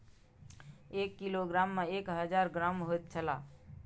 एक किलोग्राम में एक हजार ग्राम होयत छला